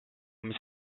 mis